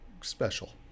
special